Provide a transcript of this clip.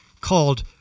called